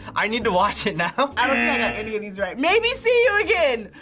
i need to watch it now i got any of these right. maybe see you again.